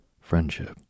friendship